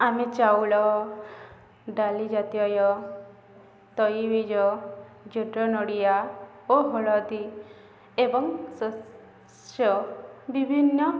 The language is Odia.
ଆମେ ଚାଉଳ ଡ଼ାଲି ଜାତିୟ ତୈଳବୀଜ ଜୁଟ ନଡ଼ିଆ ଓ ହଳଦୀ ଏବଂ ଶସ୍ୟ ବିଭିନ୍ନ